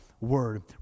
word